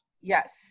Yes